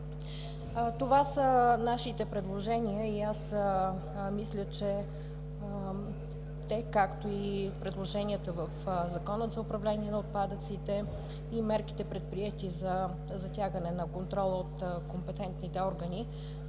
Това са нашите предложения и аз мисля, че те, както и предложенията в Закона за управление на отпадъците и мерките, предприети за затягане на контрола от компетентните органи,